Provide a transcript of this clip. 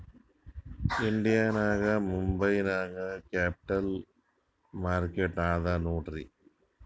India ನಾಗ್ ಮುಂಬೈ ನಾಗ್ capital market ಅದಾ ನೋಡ್ರಿ